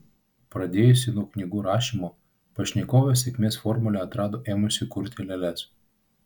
pradėjusi nuo knygų rašymo pašnekovė sėkmės formulę atrado ėmusi kurti lėles